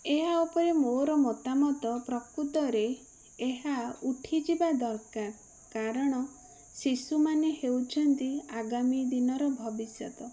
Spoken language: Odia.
ଏହା ଉପରେ ମୋର ମତାମତ ପ୍ରକୃତରେ ଏହା ଉଠିଯିବା ଦରକାର କାରଣ ଶିଶୁମାନେ ହେଉଛନ୍ତି ଆଗାମୀ ଦିନର ଭବିଷ୍ୟତ